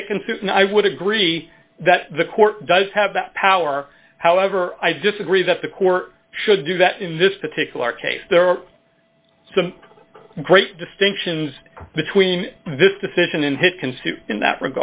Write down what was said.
and i would agree that the court does have that power however i disagree that the court should do that in this particular case there are some great distinctions between this decision in